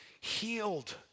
healed